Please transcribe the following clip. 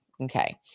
Okay